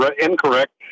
incorrect